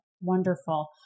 Wonderful